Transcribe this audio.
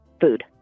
food